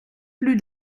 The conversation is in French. plus